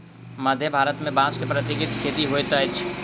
मध्य भारत में बांस के प्राकृतिक खेती होइत अछि